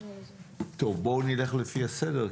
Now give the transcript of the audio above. בואו נלך לפי הסדר.